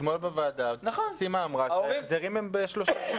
אתמול בוועדה, סימה אמרה שההחזרים מסתיימים.